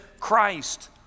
Christ